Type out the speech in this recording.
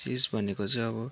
चिज भनेको चाहिँ अब